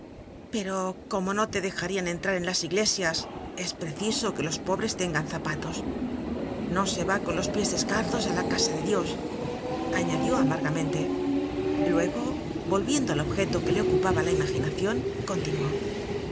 pero como no te dejarian entrar en las iglesias es preciso que los pobres tengan zapatos no se va con los pies descalzos á la casa de dios añadió amargamente luego volviendo al objeto que le ocupaba la imaginacion continuó